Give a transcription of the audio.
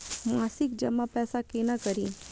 मासिक जमा पैसा केना करी?